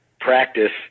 practice